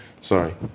Sorry